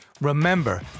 Remember